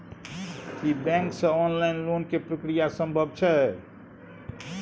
की bank से online loan के प्रक्रिया संभव छै?